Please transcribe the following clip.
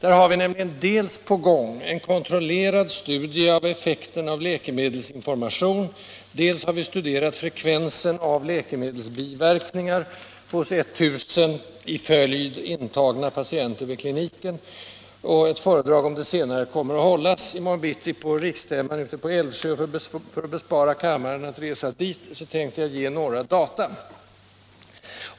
Vi har där dels en pågående kontrollerad studie av effekten av läkemedelsinformation, dels en studie av frekvensen av läkemedels biverkningar hos 1 000 i följd intagna patienter vid kliniken. Ett föredrag i det senare ämnet kommer att hållas i morgon på riksstämman i Älvsjö. För att bespara kammaren en resa till stämman skall jag här ge några data.